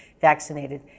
vaccinated